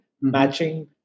matching